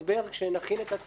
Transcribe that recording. כשנכין את הצעת החוק,